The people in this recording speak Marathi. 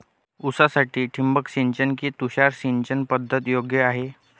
ऊसासाठी ठिबक सिंचन कि तुषार सिंचन पद्धत योग्य आहे?